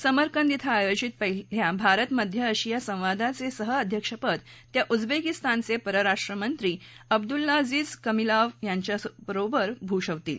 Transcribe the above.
समरकंद थे आयोजित पाहिल्या भारत मध्य आशिया संवादांचे सहअध्यक्षपद त्या उजबेकीस्तानचे परराष्ट्रमंत्री अब्दुलाजिज कामिलाव्ह यांच्याबरोबर भूषवतील